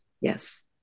Yes